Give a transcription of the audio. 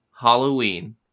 halloween